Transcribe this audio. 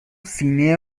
سینه